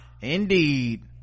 Indeed